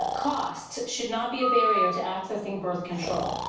but cost should not be a barrier to accessing birth control.